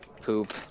poop